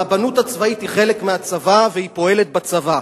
הרבנות הצבאית היא חלק מהצבא והיא פועלת בצבא,